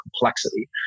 complexity